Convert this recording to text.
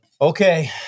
Okay